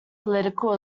political